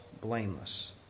blameless